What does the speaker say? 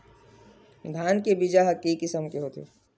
धान के बीजा ह के किसम के होथे?